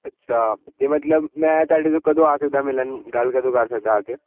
ਅੱਛਾ ਤਾਂ ਮਤਲਬ ਮੈਂ ਤੁਹਾਡੇ ਤੋਂ ਕਦੋਂ ਆ ਸਕਦਾ ਮਿਲਣ ਗੱਲ ਕਦੋਂ ਕਰ ਸਕਦਾਂ ਆ ਕੇ